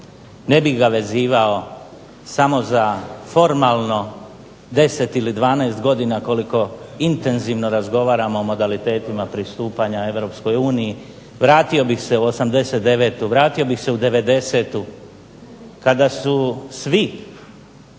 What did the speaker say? Ne bih ga vezivao samo za formalno deset ili dvanaest godina koliko intenzivno razgovaramo o modalitetima pristupanja EU, vratio bih se u '89., vratio bih se u '90. kada su svi